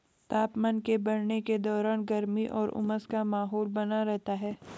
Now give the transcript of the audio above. तापमान के बढ़ने के दौरान गर्मी और उमस का माहौल बना रहता है